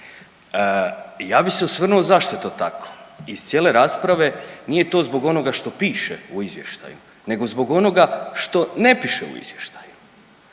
Ja bi se osvrnuo zašto je to tako, iz cijele rasprave, nije to zbog onoga što piše u izvještaju nego zbog onoga što ne piše u izvještaju,